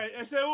ese